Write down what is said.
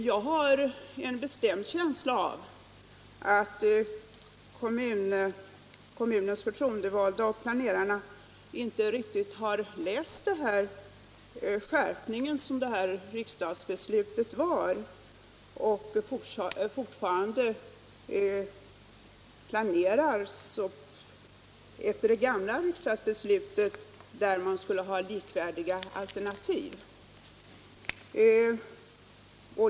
Jag har en bestämd känsla av att kommunernas förtroendevalda och planerarna inte riktigt har insett vilken skärpning detta riksdagsbeslut innebar och att man fortfarande planerar efter det gamla riksdagsbeslutet, enligt vilket man skulle ha likvärdiga alternativ.